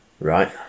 Right